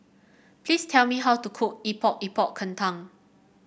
please tell me how to cook Epok Epok Kentang